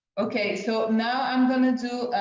okay. so now i'm gonna do